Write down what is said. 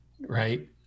right